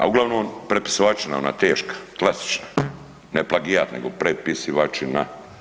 A uglavnom prepisivačina, ona teška, klasična, ne plagijat nego prepisivačina.